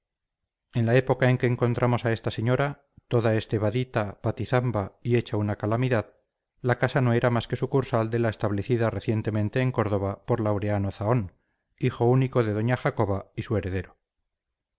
en la época en que encontramos a esta señora toda estevadita patizamba y hecha una calamidad la casa no era más que sucursal de la establecida recientemente en córdoba por laureano zahón hijo único de doña jacoba y su heredero